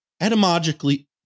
Etymologically